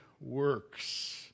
works